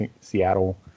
Seattle